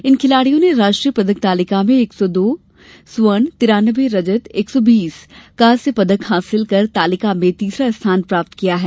इन खिलाड़ियों ने राष्ट्रीय पदक तालिका में एक सौ दौ स्वर्ण तेरानवे रजत और एक सौ बीस कांस्य पदक हासिल कर तालिका में तीसरा स्थान प्राप्त किया है